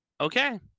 okay